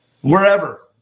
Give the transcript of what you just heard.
wherever